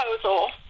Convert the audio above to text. proposal –